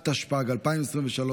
התשפ"ג 2023,